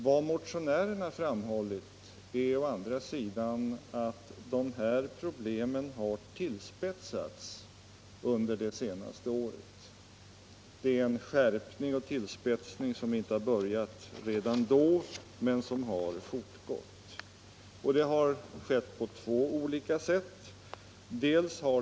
Vad motionärerna framhållit är att de här problemen har tillspetsats under det senaste året. Det är en skärpning och tillspetsning som inte började då, men som har fortgått. Det har skett på två olika sätt.